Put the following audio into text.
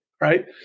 right